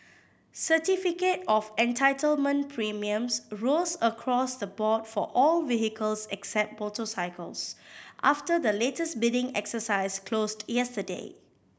certificate of Entitlement premiums rose across the board for all vehicles except motorcycles after the latest bidding exercise closed yesterday